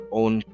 own